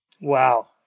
wow